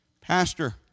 pastor